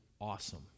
awesome